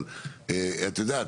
אבל את יודעת,